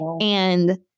And-